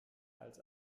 als